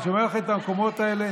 אני שומר לכם את המקומות האלה.